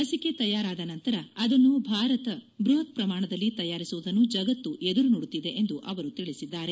ಲಿಸಿಕೆ ತಯಾರಾದ ನಂತರ ಅದನ್ನು ಭಾರತ ಬೃಹತ್ ಪ್ರಮಾಣದಲ್ಲಿ ತಯಾರಿಸುವುದನ್ನು ಜಗತ್ತು ಎದುರು ನೋಡುತ್ತಿದೆ ಎಂದು ಅವರು ತಿಳಿಸಿದ್ದಾರೆ